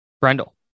Brendel